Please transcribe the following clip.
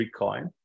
Bitcoin